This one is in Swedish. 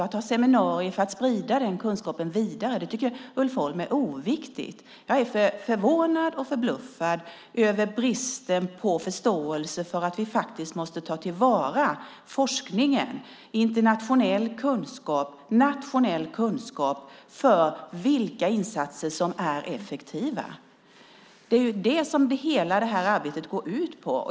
Att ha seminarier för att sprida den kunskapen vidare tycker han också är oviktigt. Jag är förvånad och förbluffad över bristen på förståelse för att vi måste ta till vara forskningen - internationell kunskap och nationell kunskap - om vilka insatser som är effektiva. Det är ju det som hela det här arbetet går ut på.